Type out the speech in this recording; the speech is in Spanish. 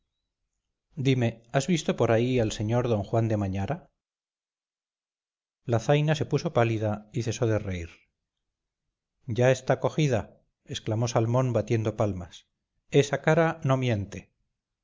dime has visto por ahí al sr d juan de mañara la zaina se puso pálida y cesó de reír ya está cogida exclamó salmón batiendo palmas esa cara no miente